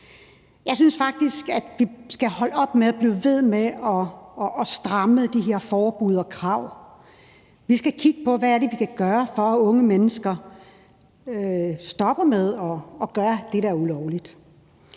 Jeg synes faktisk, at vi skal holde op med at blive ved med at stramme de her forbud og krav, men at vi skal kigge på, hvad det er, vi kan gøre, for at unge mennesker stopper med at gøre det, der er ulovligt.